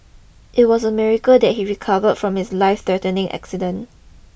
it was a miracle that he recovered from his lifethreatening accident